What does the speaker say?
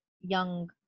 young